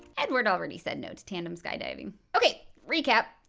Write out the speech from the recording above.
edward already said no to tandem skydiving. okay re-cap!